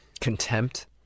Contempt